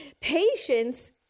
patience